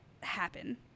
happen